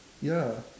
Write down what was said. ya